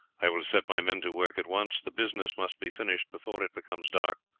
i will set my men to work at once the business must be finished before it becomes dark,